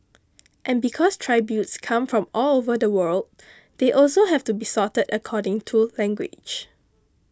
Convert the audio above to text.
and because tributes come from all over the world they also have to be sorted according to language